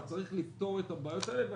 צריך לפתור את הבעיות האלה.